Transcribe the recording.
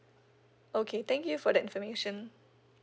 okay thank you for that information